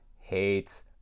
hates